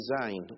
designed